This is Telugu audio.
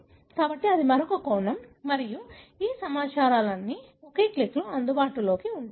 కాబట్టి అది మరొక కోణం మరియు ఈ సమాచారాలన్నీ ఒకే క్లిక్లో అందుబాటులో ఉంటాయి